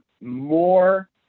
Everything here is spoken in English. more